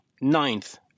ninth